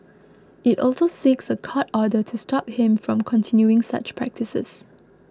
it also seeks a court order to stop him from continuing such practices